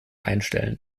einstellen